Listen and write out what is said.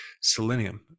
Selenium